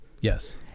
yes